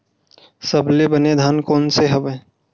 सबले बने धान कोन से हवय?